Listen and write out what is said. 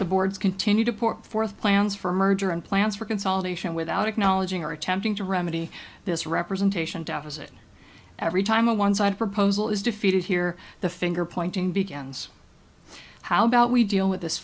the boards continue to pour forth plans for merger and plans for consolidation without acknowledging or attempting to remedy this representation deficit every time a one side proposal is defeated here the finger pointing begins how about we deal with this